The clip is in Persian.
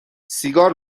سیگار